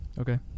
Okay